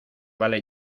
vale